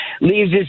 leaves